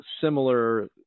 similar